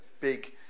big